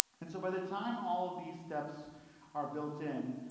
and so by the time all of these steps are built in,